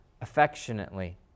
Affectionately